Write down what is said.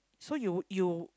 so you you